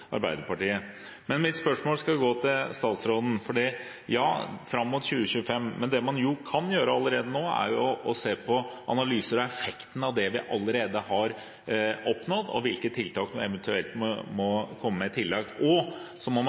Arbeiderpartiet. Men mitt spørsmål skal gå til statsråden: Ja, fram mot 2025 – men det man kan gjøre allerede nå, er å se på analyser av effekten av det vi allerede har oppnådd, og hvilke tiltak som eventuelt må komme i tillegg. Så må man